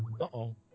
Uh-oh